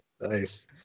nice